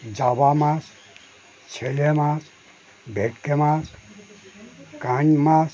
জাবা মাছ ছেলে মাছ ভেটকি মাছ কান মাছ